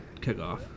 kickoff